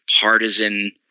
partisan